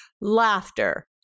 laughter